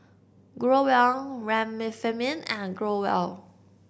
Growell Remifemin and Growell